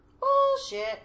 Bullshit